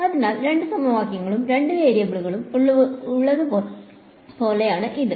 അതിനാൽ രണ്ട് സമവാക്യങ്ങളും രണ്ട് വേരിയബിളുകളും ഉള്ളതുപോലെയാണ് ഇത്